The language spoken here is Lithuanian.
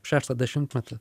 šeštą dešimtmetį